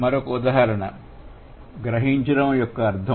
మరొక ఉదాహరణ గ్రహించడం యొక్క అర్థం